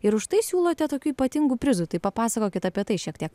ir už tai siūlote tokių ypatingų prizų tai papasakokit apie tai šiek tiek